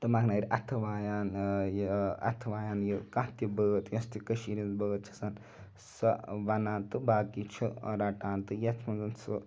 تُمبَکھنارِ اَتھہٕ وایان یہِ اَتھہٕ وایان یہِ کانٛہہ تہٕ بٲتھ یۄس تہٕ کٔشیٖر ہنٛز بٲتھ چھُ آسان سۄ وَنان تہٕ باقٕے چھُ رَٹان تہٕ یَتھ مَنٛز سُہ